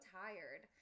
tired